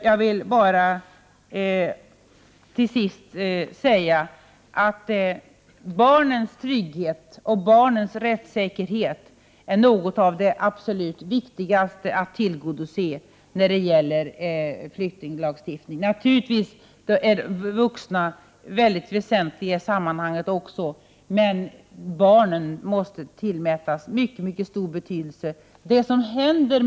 Jag vill bara till sist säga att något av det absolut viktigaste när det gäller flyktinglagstiftningen är att tillgodose de krav som kan ställas på barnens trygghet och rättssäkerhet. Naturligtvis är också de vuxna av väsentlig betydelse i detta sammanhang.